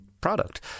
product